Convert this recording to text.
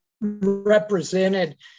represented